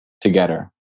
together